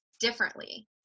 differently